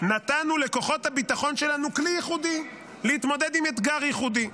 נתנו לכוחות הביטחון שלנו כלי ייחודי להתמודד עם אתגר ייחודי.